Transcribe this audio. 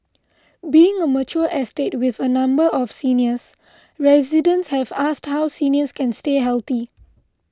being a mature estate with a number of seniors residents have asked how seniors can stay healthy